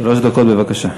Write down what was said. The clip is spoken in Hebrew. שלוש דקות, בבקשה.